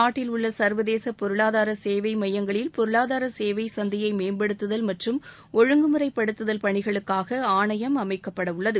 நாட்டில் உள்ள சர்வதேச பொருளாதார சேவை மையங்களில் பொருளாதார சேவை சந்தையை மேம்படுத்துதல் மற்றும் ஒழுங்குமுறை படுத்துதல் பணிகளுக்காக ஆணையம் அமைக்கப்படவுள்ளது